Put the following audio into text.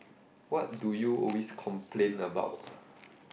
what do you always complain about